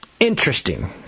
Interesting